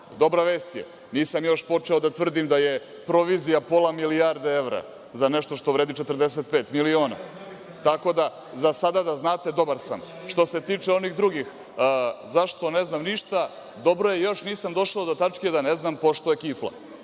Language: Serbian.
Dobra vest je – nisam još počeo da tvrdim da je provizija pola milijarde evra za nešto što vredi 45 miliona. Tako da, za sada, da znate, dobar sam. Što se tiče onih drugih – zašto ne znam ništa, dobro je, još nisam došao do tačke da ne znam pošto je kifla.